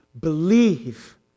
Believe